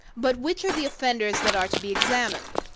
but which are the offenders that are to be examined?